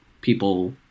people